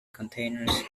containers